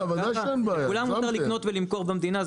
לכולם מותר לקנות ולמכור במדינה,